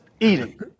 eating